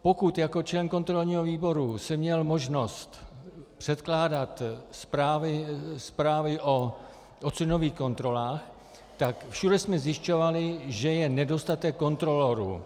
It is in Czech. Pokud jako člen kontrolního výboru jsem měl možnost předkládat zprávy o cenových kontrolách, všude jsme zjišťovali, že je nedostatek kontrolorů.